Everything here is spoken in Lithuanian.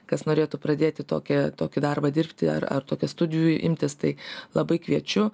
kas norėtų pradėti tokią tokį darbą dirbti ar tokia studijų imtis tai labai kviečiu